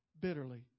bitterly